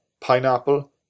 pineapple